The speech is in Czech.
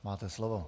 Máte slovo.